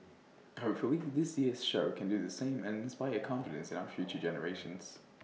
hopefully this year's show can do the same and inspire confidence in our future generations